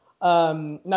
Now